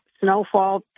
snowfall